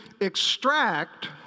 extract